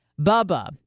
Bubba